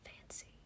fancy